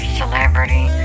celebrity